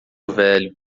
velho